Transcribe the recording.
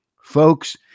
Folks